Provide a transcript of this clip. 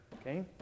okay